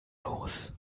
los